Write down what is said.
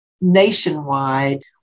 nationwide